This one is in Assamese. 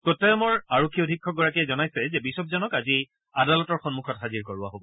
কটায়মৰ আৰক্ষী অধীক্ষকগৰাকীয়ে জনাইছে যে বিছপজনক আজি আদালতৰ সন্মুখত হাজিৰ কৰোৱা হব